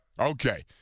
Okay